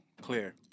clear